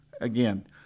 again